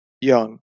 young